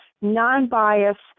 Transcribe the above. non-biased